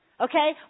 Okay